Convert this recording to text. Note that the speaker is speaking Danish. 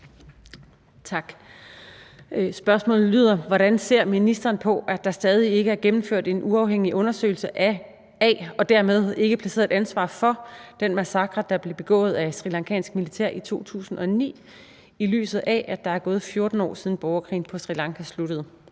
Hvordan ser ministeren på, at der stadig ikke er gennemført en uafhængig undersøgelse af og dermed ikke placeret et ansvar for den massakre, der blev begået af srilankansk militær i 2009, i lyset af at der er gået 14 år, siden borgerkrigen på Sri Lanka sluttede,